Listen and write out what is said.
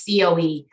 COE